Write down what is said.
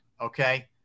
okay